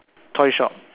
toy shop